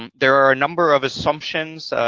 and there are a number of assumptions,